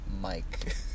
Mike